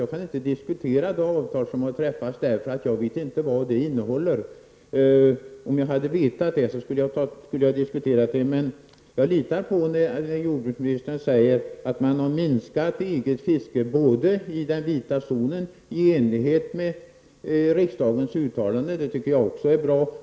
Jag kan inte diskutera detta avtal, eftersom jag inte vet vad det innehåller. Om jag hade vetat det, skulle jag ha diskuterat avtalet. Men jag litar på det jordbruksministern säger, nämligen att man har minskat EGs fiske i den vita zonen i enlighet med riksdagens uttalande, och det anser jag är bra.